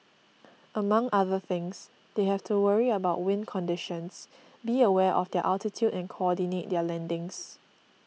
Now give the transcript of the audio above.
among other things they have to worry about wind conditions be aware of their altitude and coordinate their landings